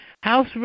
House